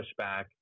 pushback